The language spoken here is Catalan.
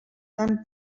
tant